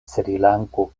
srilanko